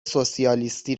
سوسیالیستی